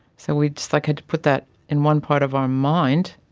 so we just like had to put that in one part of our mind,